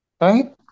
right